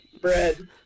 bread